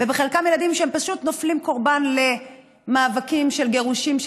ובחלקם ילדים שפשוט נופלים קורבן למאבקים של גירושין,